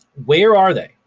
where are they?